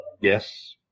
Yes